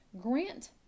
grant